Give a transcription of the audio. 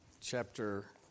Chapter